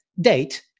date